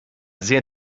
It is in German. sehr